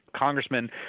congressman